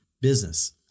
business